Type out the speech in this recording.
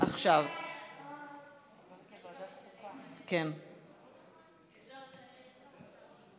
ההצעה להעביר את הצעת חוק סמכויות מיוחדות להתמודדות עם